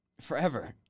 forever